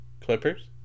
Clippers